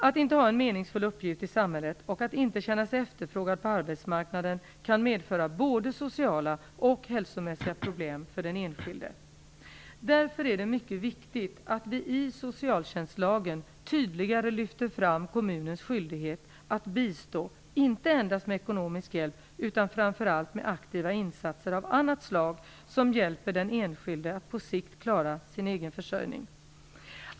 Att inte ha en meningsfull uppgift i samhället och att inte känna sig efterfrågad på arbetsmarknaden kan medföra både sociala och hälsomässiga problem för den enskilde. Därför är det mycket viktigt att vi i socialtjänstlagen tydligare lyfter fram kommunens skyldighet att bistå, inte endast med ekonomisk hjälp, utan framför allt med aktiva insatser av annat slag som hjälper den enskilde att på sikt klara sin egen försörjning.